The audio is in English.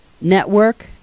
network